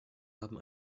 haben